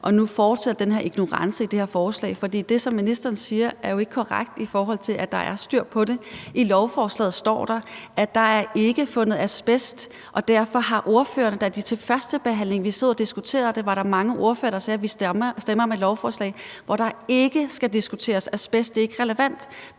nu fortsætter den ignorance i det her forslag, for det, som ministeren siger, er jo ikke korrekt, i forhold til at der er styr på det. I lovforslaget står der, at der ikke er fundet asbest, og derfor var der mange af ordførerne til førstebehandlingen – vi sidder jo og diskuterer det – der sagde, at vi stemmer om et lovforslag, hvor der ikke skal diskuteres asbest, at det ikke er relevant.